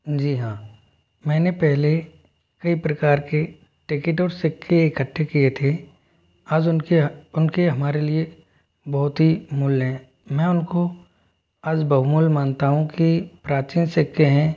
जी हाँ मैंने पहले कई प्रकार के टिकट और सिक्के इकट्ठे किए थे आज उनके उनके हमारे लिए बहुत ही मूल्य हैं मैं उनको आज बहुमूल्य मानता हूँ कि प्राचीन सिक्के हैं